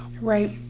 Right